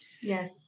Yes